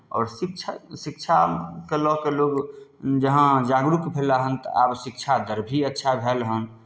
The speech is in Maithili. आओर शिक्षा शिक्षाकेँ लऽ कऽ लोक जहाँ जागरूक भेला हन तऽ आब शिक्षादर भी अच्छा भेल हन